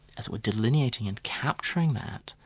as it were, delineating and capturing that,